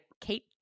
kate